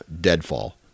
deadfall